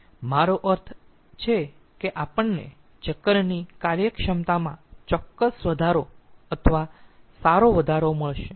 મારો અર્થ છે કે આપણને ચક્રની કાર્યક્ષમતામાં ચોક્કસ વધારો અથવા સારો વધારો મળશે